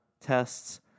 tests